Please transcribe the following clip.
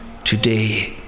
Today